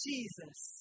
Jesus